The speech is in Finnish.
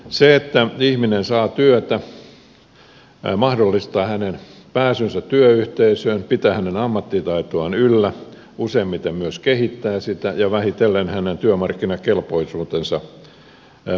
se että ihminen saa työtä mahdollistaa hänen pääsynsä työyhteisöön pitää hänen ammattitaitoaan yllä useimmiten myös kehittää sitä ja vähitellen hänen työmarkkinakelpoisuutensa paranee